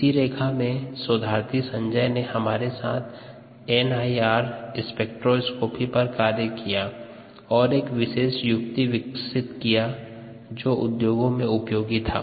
इसी रेखा में शोधार्थी संजय ने हमारे साथ एनआईआर स्पेक्ट्रोस्कोपी पर कार्य किया और एक विशिष्ट युक्ति विकसित किया जो उद्योगों में उपयोगी था